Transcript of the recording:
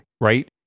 right